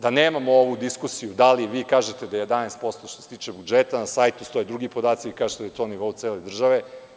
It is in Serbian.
Da nemamo ovu diskusiju, da li vi kažete da 11% što se tiče budžeta, na sajt stoje drugi podaci, kažete da je to na nivou cele države?